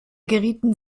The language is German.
gerieten